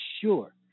sure